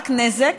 רק נזק,